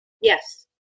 Yes